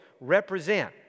represent